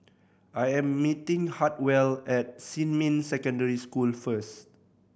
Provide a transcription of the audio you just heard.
I am meeting Hartwell at Xinmin Secondary School first